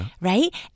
right